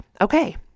Okay